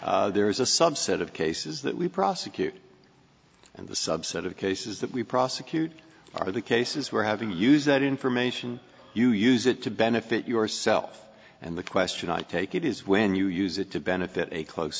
then there is a subset of cases that we prosecute and the subset of cases that we prosecute are the cases where having to use that information you use it to benefit yourself and the question i take it is when you use it to benefit a close